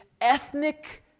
ethnic